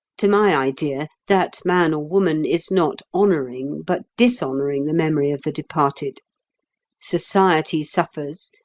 to my idea, that man or woman is not honouring, but dishonouring, the memory of the departed society suffers,